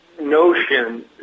notion